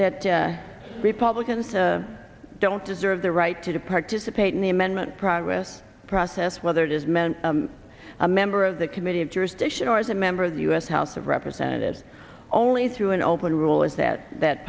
that that republicans a don't deserve the right to participate in the amendment progress process whether it is meant a member of the committee of jurisdiction or as a member of the u s house of representatives only through an open rule is that that